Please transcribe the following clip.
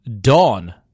Dawn